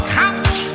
couch